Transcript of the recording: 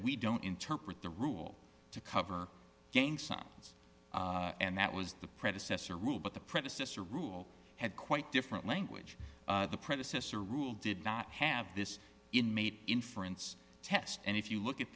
we don't interpret the rules to cover gang signs and that was the predecessor rule but the predecessor rule had quite different language the predecessor rule did not have this inmate inference test and if you look at